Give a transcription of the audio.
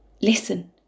Listen